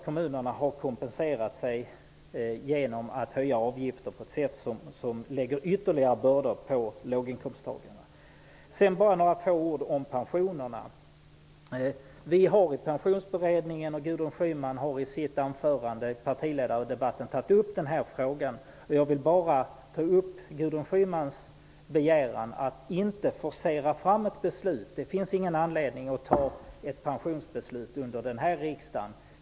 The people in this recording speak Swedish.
Kommunerna har kompenserat sig genom att höja avgiften på ett sätt som gör att ytterligare bördor läggs på låginkomsttagarna. Sedan några ord om pensionerna. Gudrun Schyman har i sitt anförande i partiledardebatten tagit upp frågan. Jag vill upprepa Gudrun Schymans begäran att inte forcera fram ett beslut. Det finns ingen anledning att fatta ett pensionsbeslut under den här riksdagen.